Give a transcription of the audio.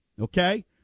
okay